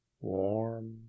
Warm